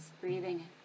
Breathing